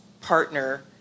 partner